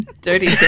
Dirty